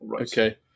okay